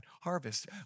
harvest